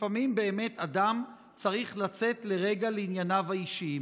לפעמים באמת אדם צריך לצאת לרגע לענייניו האישיים.